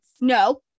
no